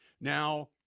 Now